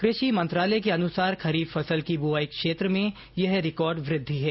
क्रषि मंत्रालय के अनुसार खरीफ फसल के बुआई क्षेत्र में यह रिकार्ड वृद्वि है